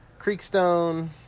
Creekstone